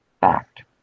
fact